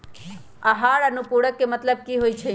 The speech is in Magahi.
आहार अनुपूरक के मतलब की होइ छई?